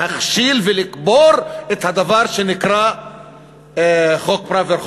להכשיל ולקבור את הדבר שנקרא חוק פראוור,